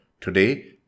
Today